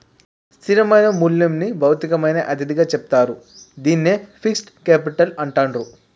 స్థిరమైన మూల్యంని భౌతికమైన అతిథిగా చెప్తారు, దీన్నే ఫిక్స్డ్ కేపిటల్ అంటాండ్రు